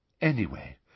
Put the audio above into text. Anyway